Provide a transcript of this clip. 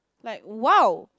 like !wow!